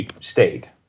state